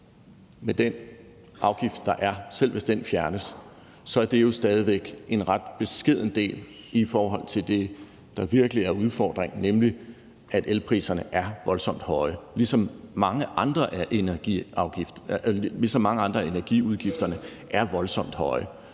hvis den afgift, der er, fjernes, jo så stadig væk er en ret beskeden del i forhold til det, der virkelig er udfordringen, nemlig at elpriserne er voldsomt høje, ligesom mange andre af energiudgifterne er voldsomt høje,